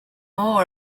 more